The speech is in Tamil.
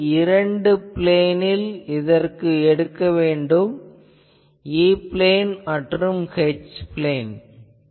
இரண்டு பிளேனில் இதனை எடுக்க வேண்டும் E பிளேன் மற்றும் H பிளேன் பேட்டர்ன்